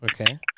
Okay